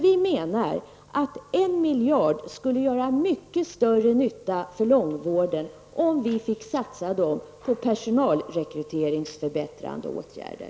Vi menar att en miljard skulle göra mycket större nytta för långvården om vi fick satsa den på personalrekryteringsförbättrande åtgärder.